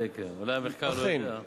אכן.